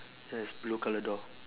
yes blue colour door